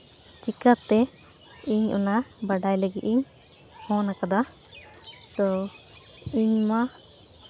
ᱪᱤᱠᱟᱹᱛᱮ ᱤᱧ ᱚᱱᱟ ᱵᱟᱰᱟᱭ ᱞᱟᱹᱜᱤᱫ ᱤᱧ ᱯᱷᱳᱱ ᱠᱟᱫᱟ ᱛᱚ ᱤᱧᱢᱟ